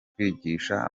kwigisha